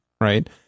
right